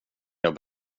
jag